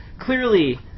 clearly